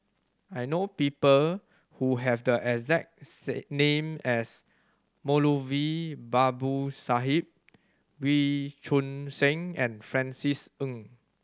I know people who have the exact name as Moulavi Babu Sahib Wee Choon Seng and Francis Ng